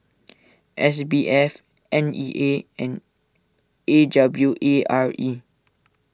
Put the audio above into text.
S B F N E A and A W A R E